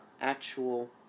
actual